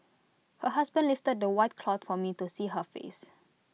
her husband lifted the white cloth for me to see her face